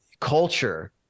culture